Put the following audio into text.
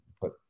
put